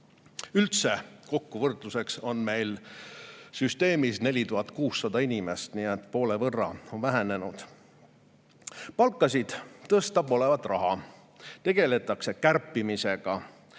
Üldse kokku, võrdluseks, on meil süsteemis 4600 inimest. Nii et poole võrra on vähenenud. Palkade tõstmiseks polevat raha, tegeletakse kärpimisega.